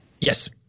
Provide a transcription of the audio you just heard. Yes